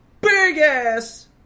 big-ass